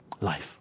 life